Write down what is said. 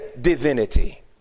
divinity